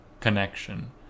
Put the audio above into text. connection